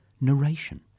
narration